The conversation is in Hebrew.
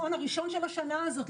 עבודה מאז הרבעון הראשון של השנה הזאת.